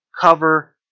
Cover